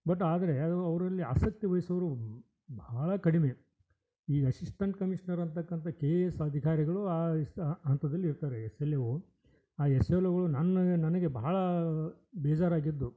but ಆದರೆ ಅದು ಅವರಲ್ಲಿ ಆಸಕ್ತಿವಹಿಸೋರು ಬಹಳ ಕಡಿಮೆ ಈಗ ಅಸಿಸ್ಟೆಂಟ್ ಕಮಿಷ್ನರ್ ಅಂಥಕ್ಕಂಥ ಕೆ ಎ ಎಸ್ ಅಧಿಕಾರಿಗಳು ಆ ಇಸ್ತಾ ಹಂತದಲ್ಲಿ ಇರ್ತಾರೆ ಎಸ್ ಎಲ್ ಓ ಆ ಎಸ್ ಎಲ್ ಓ ನನ್ನ ನನಗೆ ಬಹಳಾ ಬೇಜಾರಾಗಿದ್ದು